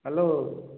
hello